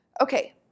Okay